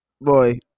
boy